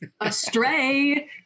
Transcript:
Astray